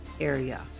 area